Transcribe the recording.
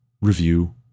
review